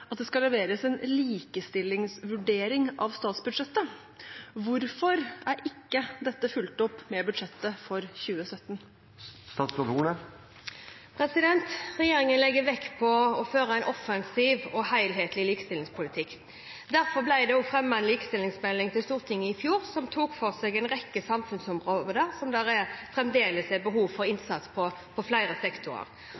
likestillingsvurdering av statsbudsjettet. Hvorfor er ikke dette fulgt opp med budsjettet for 2017?» Regjeringen legger vekt på å føre en offensiv og helhetlig likestillingspolitikk. Derfor ble det fremmet en likestillingsmelding til Stortinget i fjor som tok for seg en rekke samfunnsområder hvor det fremdeles er behov for